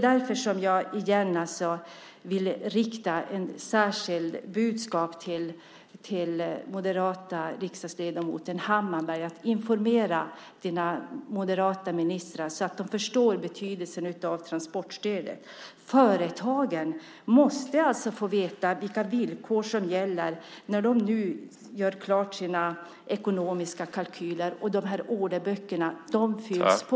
Därför vill jag igen rikta ett särskilt budskap till den moderata riksdagsledamoten Hammarbergh: Informera dina moderata ministrar så att de förstår betydelsen av transportstödet! Företagen måste få veta vilka villkor som gäller när de nu gör klart sina ekonomiska kalkyler och orderböckerna fylls på.